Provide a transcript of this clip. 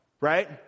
right